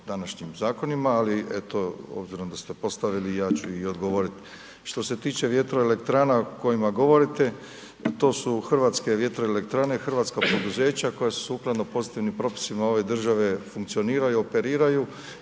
današnjim zakonima ali eto, obzirom da ste postavili, ja ću i odgovoriti. Što se tiče vjetroelektrana o kojima govorite, to su hrvatske vjetroelektrane, hrvatska poduzeća koja su sukladno pozitivnim propisima ove države funkcioniraju i operiraju